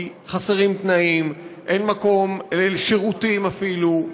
כי חסרים תנאים, אין מקום לשירותים אפילו.